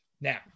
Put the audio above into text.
Now